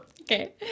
Okay